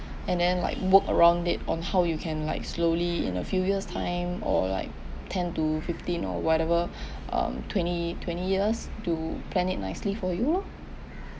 and then like work around it on how you can like slowly in a few years time or like ten to fifteen or whatever um twenty twenty years to plan it nicely for you loh